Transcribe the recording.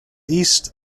east